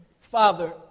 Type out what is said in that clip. Father